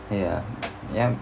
ya yup